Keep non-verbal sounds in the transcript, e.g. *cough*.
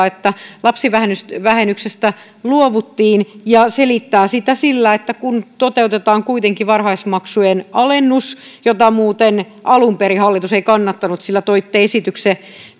*unintelligible* että lapsivähennyksestä luovuttiin ja selittää sitä sillä että toteutetaan kuitenkin varhaiskasvatusmaksujen alennus jota muuten alun perin hallitus ei kannattanut sillä toitte